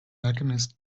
alchemist